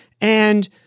And-